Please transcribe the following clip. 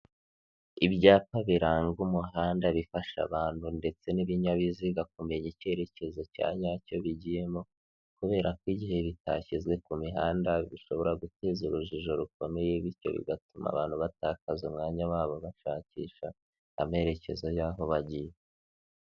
Ibyapa biranga umuhanda bifasha abantu ndetse n'ibinyabiziga kumenya icyerekezo cya nyacyo bigiyemo, kubera ko igihe bitashyizwe ku mihanda bishobora guteza urujijo rukomeye, bityo bigatuma abantu batakaza umwanya, wabo bashakisha amerekezo y'aho bagiye.